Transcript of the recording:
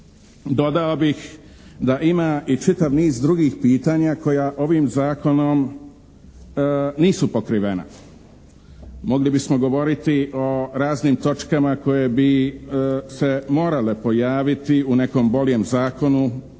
Dodao bih da ima i čitav niz drugih pitanja koja ovim zakonom nisu pokrivena. Mogli bismo govoriti o raznim točkama koje bi se morale pojaviti u nekom boljem zakonu,